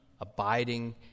abiding